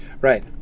Right